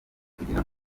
kugira